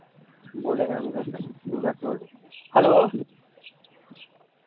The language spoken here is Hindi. बोले हैं हम घर से उधर से बोल रहे हैं हैलो